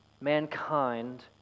mankind